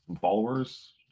followers